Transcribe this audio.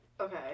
Okay